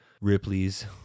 Ripley's